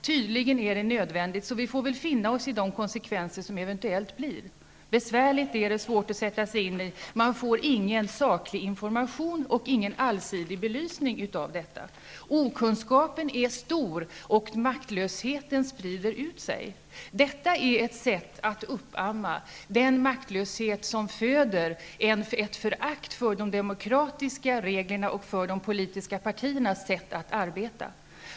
Tydligen är det nödvändigt, så vi får väl finna oss i de konsekvenser som eventuellt blir. Besvärligt är det, svårt att sätta sig in i. Man får ingen saklig information och ingen allsidig belysning av detta. Okunskapen är stor och maktlösheten sprider sig. Detta är ett sätt att uppamma den maktlöshet som föder ett förakt för de demokratiska reglerna och för de politiska partiernas sätt att arbeta.